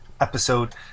episode